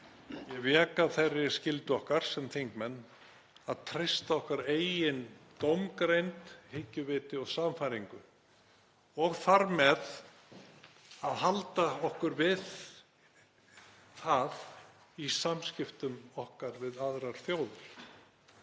ég vék að þeirri skyldu okkar sem þingmenn að treysta okkar eigin dómgreind, hyggjuviti og sannfæringu og þar með að halda okkur við það í samskiptum okkar við aðrar þjóðir.